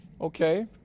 okay